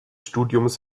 studiums